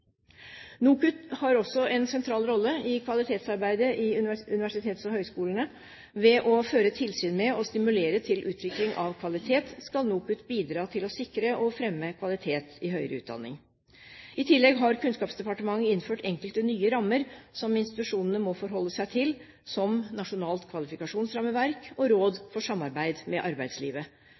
NOKUT har også en sentral rolle i kvalitetsarbeidet i universitets- og høyskolesektoren. Ved å føre tilsyn med og stimulere til utvikling av kvalitet skal NOKUT bidra til å sikre og fremme kvalitet i høyere utdanning. I tillegg har Kunnskapsdepartementet innført enkelte nye rammer som institusjonene må forholde seg til, som nasjonalt kvalifikasjonsrammeverk og råd for samarbeid med arbeidslivet.